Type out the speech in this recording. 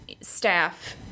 staff